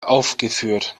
aufgeführt